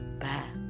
bye